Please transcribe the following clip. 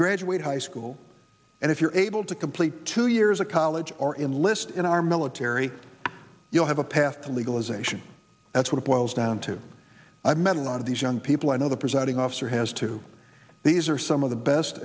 graduate high school and if you're able to complete two years of college or enlist in our military you'll have a path to legalization that's what it boils down to i met a lot of these young people i know the presiding officer has to these are some of the best